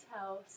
HOUSE